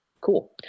Cool